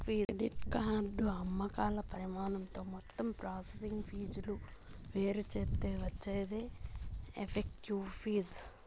credit card అమ్మకాల పరిమాణంతో మొత్తం ప్రాసెసింగ్ ఫీజులు వేరుచేత్తే వచ్చేదే ఎఫెక్టివ్ ఫీజు